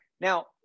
Now